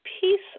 peace